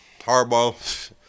Hardball